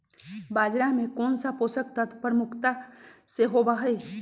बाजरा में कौन सा पोषक तत्व प्रमुखता से होबा हई?